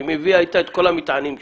היא מביאה איתה את כל המטענים שלה,